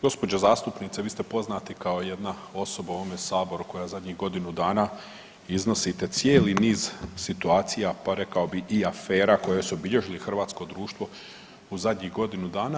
Gospođo zastupnice vi ste poznati kao jedna osoba u ovome saboru koja zadnjih godinu dana iznosite cijeli niz situacija pa rekao bih i afera koje su obilježile hrvatsko društvo u zadnjih godinu dana.